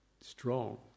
strong